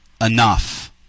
enough